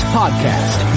podcast